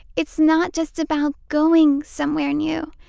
it's not just about going somewhere new.